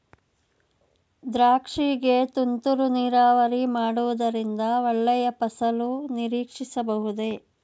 ದ್ರಾಕ್ಷಿ ಗೆ ತುಂತುರು ನೀರಾವರಿ ಮಾಡುವುದರಿಂದ ಒಳ್ಳೆಯ ಫಸಲು ನಿರೀಕ್ಷಿಸಬಹುದೇ?